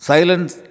Silence